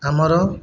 ଆମର